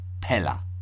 Pella